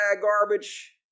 garbage